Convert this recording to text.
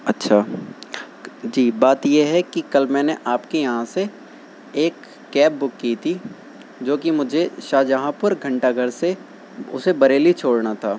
اچھا جی بات یہ ہے کہ کل میں نے آپ کے یہاں سے ایک کیب بک کی تھی جو کہ مجھے شاہجہاں پور گھنٹہ گھر سے اسے بریلی چھوڑنا تھا